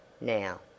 Now